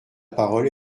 parole